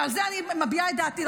שעל זה אני מביעה את דעתי.